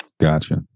Gotcha